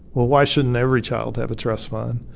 well, why shouldn't every child have a trust fund?